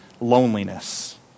loneliness